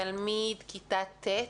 תלמיד כיתה ט'.